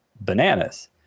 bananas